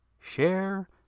Share